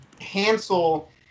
Hansel